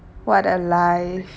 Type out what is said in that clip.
what a lie